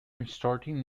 restarting